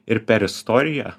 ir per istoriją